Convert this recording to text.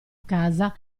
casa